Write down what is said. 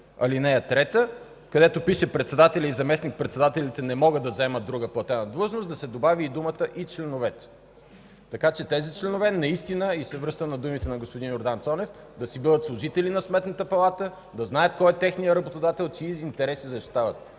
ал. 3, където пише: „Председателят и заместник-председателите не могат да заемат друга платена длъжност” да се добави и думата „и членовете”. Така че тези членове наистина, и се връщам на думите на господин Йордан Цонев, да си бъдат служители на Сметната палата, да знаят кой е техният работодател, чии интереси защитават,